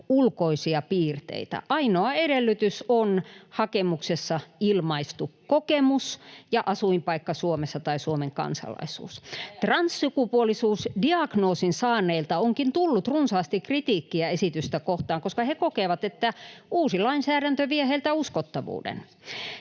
ulkoisia piirteitä. Ainoa edellytys on hakemuksessa ilmaistu kokemus ja asuinpaikka Suomessa tai Suomen kansalaisuus. Transsukupuolisuusdiagnoosin saaneilta onkin tullut runsaasti kritiikkiä esitystä kohtaan, koska he kokevat, että uusi lainsäädäntö vie heiltä uskottavuuden.